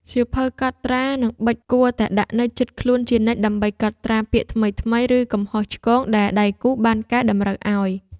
សៀវភៅកត់ត្រា និងប៊ិច គួរតែដាក់នៅជិតខ្លួនជានិច្ច ដើម្បីកត់ត្រាពាក្យថ្មីៗ ឬកំហុសឆ្គងដែលដៃគូបានកែតម្រូវឱ្យ។